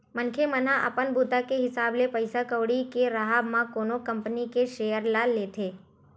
मनखे मन ह अपन बूता के हिसाब ले पइसा कउड़ी के राहब म कोनो कंपनी के सेयर ल लेथे